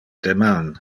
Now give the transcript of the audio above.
deman